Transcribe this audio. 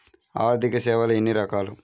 ఆర్థిక సేవలు ఎన్ని రకాలు?